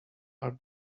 are